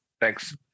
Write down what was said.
Thanks